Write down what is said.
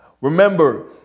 remember